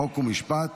חוק ומשפט